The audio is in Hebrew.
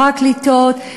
פרקליטות,